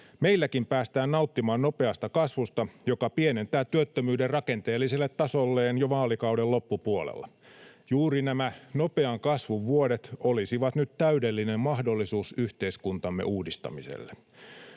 Meilläkin päästään nauttimaan nopeasta kasvusta, joka pienentää työttömyyden rakenteelliselle tasolleen jo vaalikauden loppupuolella. Juuri nämä nopean kasvun vuodet olisivat nyt täydellinen mahdollisuus yhteiskuntamme uudistamiselle.